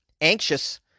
anxious